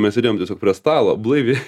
mes sėdėjom prie stalo blaivi